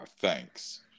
Thanks